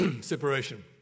separation